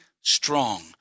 strong